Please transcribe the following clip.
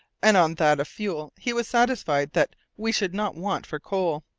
and on that of fuel he was satisfied that we should not want for coal,